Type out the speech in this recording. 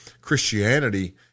Christianity